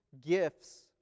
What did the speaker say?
gifts